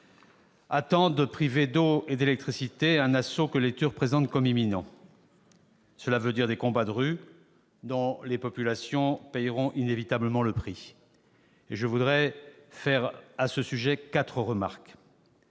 attendent, privés d'eau et d'électricité, un assaut que les Turcs présentent comme imminent. Cela signifie des combats de rue, dont les populations paieront inévitablement le prix. Je voudrais faire quatre remarques